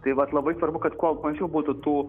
taip vat labai svarbu kad kuo mažiau būtų tų